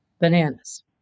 bananas